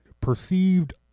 perceived